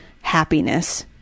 happiness